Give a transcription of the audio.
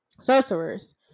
sorcerers